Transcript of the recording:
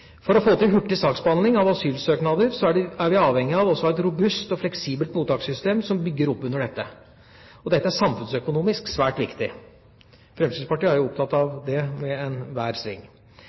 For å få til hurtig saksbehandling av asylsøknader er vi avhengig av også å ha et robust og fleksibelt mottakssystem som bygger opp under dette. Dette er samfunnsøkonomisk svært viktig. Fremskrittspartiet er jo opptatt av det ved enhver